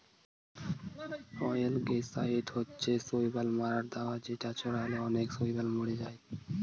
অয়েলগেসাইড হচ্ছে শৈবাল মারার দাবা যেটা ছড়ালে অনেক শৈবাল মরে যায়